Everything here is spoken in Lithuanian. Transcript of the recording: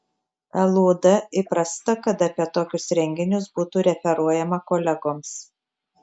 lud įprasta kad apie tokius renginius būtų referuojama kolegoms